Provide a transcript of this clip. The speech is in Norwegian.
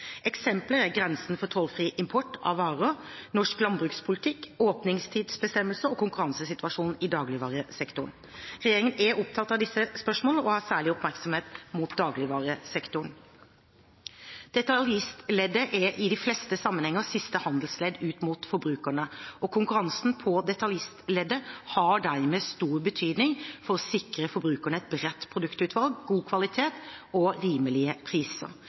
Eksempler er grensen for tollfri import av varer, norsk landbrukspolitikk, åpningstidsbestemmelser og konkurransesituasjonen i dagligvaresektoren. Regjeringen er opptatt av disse spørsmålene og har en særlig oppmerksomhet rettet mot dagligvaresektoren. Detaljistleddet er i de fleste sammenhenger siste handelsledd ut mot forbrukerne, og konkurranse på detaljistleddet har dermed stor betydning for å sikre forbrukerne et bredt produktutvalg, god kvalitet og rimelige priser.